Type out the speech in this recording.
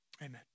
amen